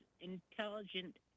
intelligent